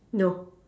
no